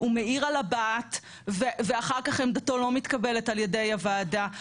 הוא מעיר על הבה"ת ואחר כך עמדתו לא מתקבלת על ידי הוועדה.